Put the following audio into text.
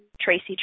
Tracy